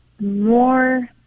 more